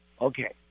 Okay